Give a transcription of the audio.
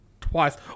twice